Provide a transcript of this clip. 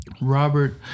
Robert